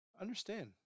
Understand